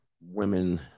women